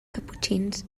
caputxins